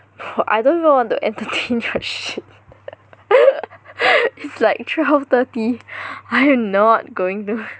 bro I don't even want to entertain your shit it's like twelve thirty I am not going to